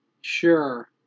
Sure